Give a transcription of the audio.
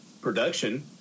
production